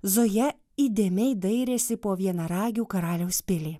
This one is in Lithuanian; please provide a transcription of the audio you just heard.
zoja įdėmiai dairėsi po vienaragių karaliaus pilį